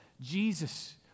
Jesus